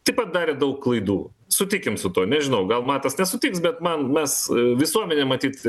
taip pat darė daug klaidų sutikim su tuo nežinau gal matas nesutiks bet man mes visuomenė matyt